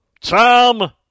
Tom